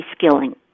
reskilling